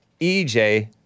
EJ